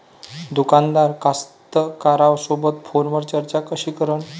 दुकानदार कास्तकाराइसोबत फोनवर चर्चा कशी करन?